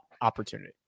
opportunity